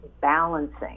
balancing